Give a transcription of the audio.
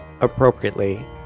appropriately